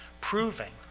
proving